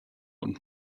und